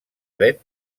dret